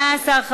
12)